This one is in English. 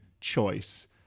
choice